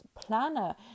planner